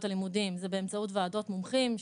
הלימודים זה באמצעות ועדות מומחים שמתכנסות.